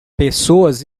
pessoas